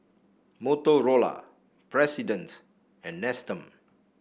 Motorola President and Nestum